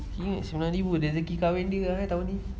ingat sembilan ribu rezeki kahwin dia tahun ini